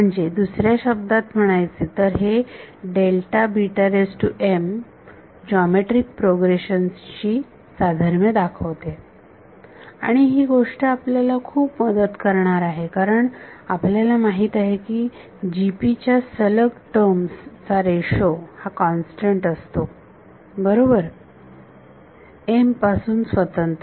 म्हणजे दुसऱ्या शब्दात म्हणायचे तर हे जॉमेट्रिक प्रोग्रेशन शी साधर्म्य दाखवते आणि ही गोष्ट आपल्याला खूप मदत करणार आहे कारण आपल्याला माहित आहे की GP च्या सलग टर्म्स चा रेशो हा कॉन्स्टंट असतो बरोबर m पासून स्वतंत्र